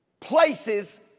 Places